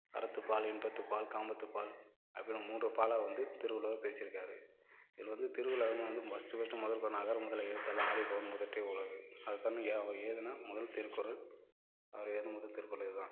அறத்துப்பால் இன்பத்துப்பால் காமத்துப்பால் அப்படின்னு மூன்று பாலா வந்து திருவள்ளுவர் பிரிச்சுருக்காரு இதில் வந்து திருக்குறளில் அதிகமாக வந்து ஃபஸ்ட்டு ஃபஸ்ட்டு முதல் குறள் அகர முதல எழுத்தெல்லாம் ஆதி பகவன் முதற்றே உலகு அதுதான்னயா அவர் எழுதின முதல் திருக்குறள் அவர் எழுதின முதல் திருக்குறள் இதுதான்